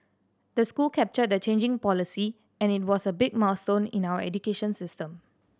the school captured the changing policy and it was a big milestone in our education system